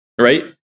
Right